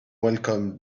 welcomed